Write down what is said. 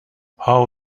how